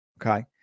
Okay